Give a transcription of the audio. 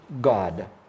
God